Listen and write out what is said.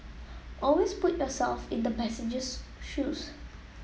always put yourself in the passenger's shoes